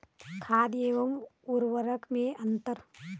खाद एवं उर्वरक में अंतर?